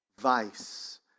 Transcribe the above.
vice